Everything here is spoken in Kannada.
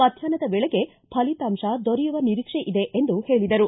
ಮಧ್ಯಾಹ್ನದ ವೇಳಿಗೆ ಫಲಿತಾಂಶ ದೊರೆಯುವ ನಿರೀಕ್ಷೆ ಇದೆ ಎಂದು ಹೇಳಿದರು